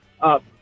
up